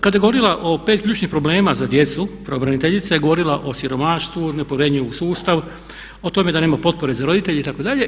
Kada je govorila o 5 ključnih problema za djecu, pravobraniteljica je govorila o siromaštvu, o nepovjerenju u sustav, o tome da nema potpore za roditelje itd.